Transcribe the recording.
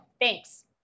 Thanks